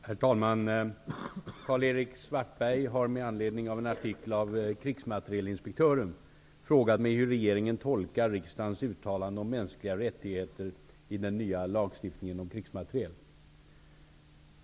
Herr talman! Karl-Erik Svartberg har med anledning av en artikel av krigsmaterielinspektören frågat mig hur regeringen tolkar riksdagens uttalande om mänskliga rättigheter i den nya lagstiftningen om krigsmateriel.